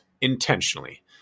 intentionally